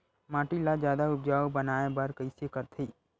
माटी ला जादा उपजाऊ बनाय बर कइसे करथे?